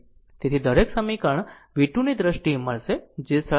તેથી દરેક સમીકરણ v 2 ની દ્રષ્ટિએ મળશે જે સરળતાથી મળશે